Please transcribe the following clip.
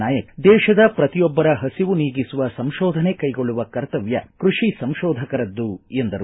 ನಾಯಕ್ ದೇಶದ ಪ್ರತಿಯೊಬ್ಬರ ಹಸಿವು ನೀಗಿಸುವ ಸಂಶೋಧನೆ ಕೈಗೊಳ್ಳುವ ಕರ್ತವ್ಯ ಕೃಷಿ ಸಂಶೋಧಕರದ್ದು ಎಂದರು